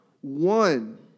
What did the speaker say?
one